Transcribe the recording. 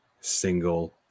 single